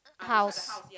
house